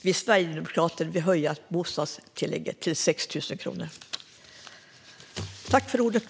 Vi sverigedemokrater vill höja bostadstillägget till 6 000 kronor i månaden.